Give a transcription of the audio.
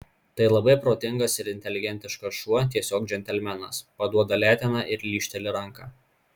tai labai protingas ir inteligentiškas šuo tiesiog džentelmenas paduoda leteną ir lyžteli ranką